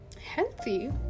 healthy